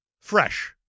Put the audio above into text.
fresh